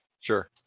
sure